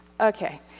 Okay